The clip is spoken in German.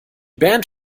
band